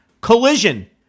Collision